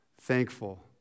thankful